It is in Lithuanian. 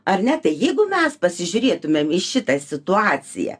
ar ne tai jeigu mes pasižiūrėtumėm į šitą situaciją